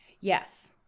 Yes